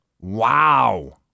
Wow